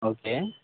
okay